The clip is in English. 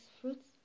fruits